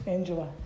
Angela